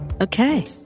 Okay